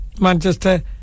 Manchester